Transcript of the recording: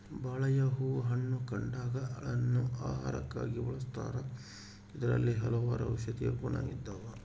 ಬಾಳೆಯ ಹೂ ಹಣ್ಣು ಕಾಂಡಗ ಳನ್ನು ಆಹಾರಕ್ಕಾಗಿ ಬಳಸ್ತಾರ ಇದರಲ್ಲಿ ಹಲವಾರು ಔಷದಿಯ ಗುಣ ಇದಾವ